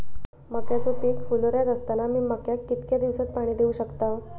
मक्याचो पीक फुलोऱ्यात असताना मी मक्याक कितक्या दिवसात पाणी देऊक शकताव?